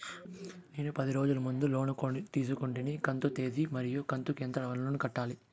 నేను పది రోజుల ముందు లోను తీసుకొంటిని కంతు తేది మరియు కంతు కు ఎంత లోను కట్టాలి?